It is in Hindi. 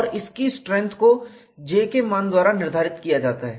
और इसकी स्ट्रैंथ को J के मान द्वारा निर्धारित किया जाता है